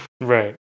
Right